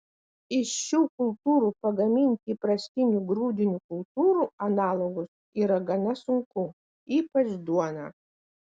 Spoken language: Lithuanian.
iš šių kultūrų pagaminti įprastinių grūdinių kultūrų analogus yra gana sunku ypač duoną